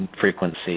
frequency